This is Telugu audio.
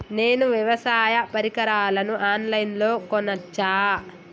నేను వ్యవసాయ పరికరాలను ఆన్ లైన్ లో కొనచ్చా?